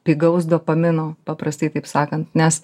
pigaus dopamino paprastai taip sakant nes